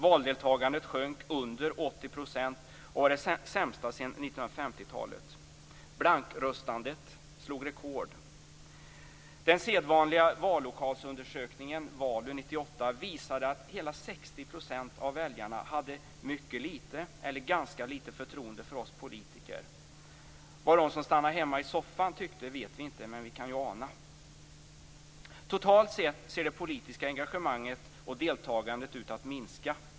Valdeltagandet sjönk under 80 % och var det sämsta sedan 1950 60 % av väljarna hade mycket litet eller ganska litet förtroende för oss politiker. Vad de som stannade hemma i soffan tyckte vet vi inte, men vi kan ju ana. Totalt sett ser det politiska engagemanget och deltagandet ut att minska.